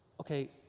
Okay